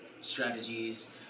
strategies